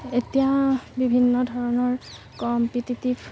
এতিয়া বিভিন্ন ধৰণৰ কম্পিটেটিভ